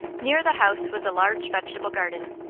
near the house was a large vegetable garden,